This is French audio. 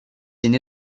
aîné